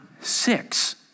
six